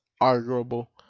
arguable